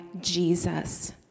Jesus